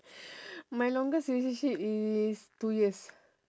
my longest relationship is two years